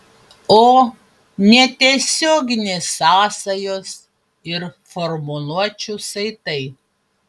o netiesioginės sąsajos ir formuluočių saitai